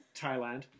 thailand